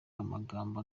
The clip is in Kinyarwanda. amagambo